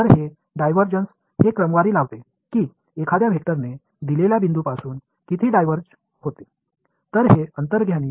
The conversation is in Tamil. எனவே டைவர்ஜென்ஸ் என்பது ஒரு வெக்டர் அதன் குறிப்பிட்ட புள்ளியிலிருந்து எவ்வளவு வேறுபடுகிறது என்பதை அளவிடுகின்றது